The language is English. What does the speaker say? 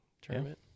tournament